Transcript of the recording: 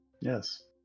Yes